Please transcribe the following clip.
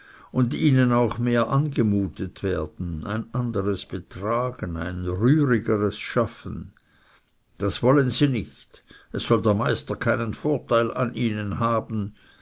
und ihnen auch mehr angemutet werden ein anderes betragen ein rührigeres schaffen das wollen sie nicht es soll der meister keinen vorteil an ihnen haben